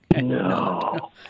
No